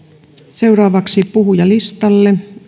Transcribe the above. seuraavaksi puhujalistalle